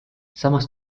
samas